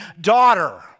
daughter